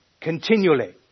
continually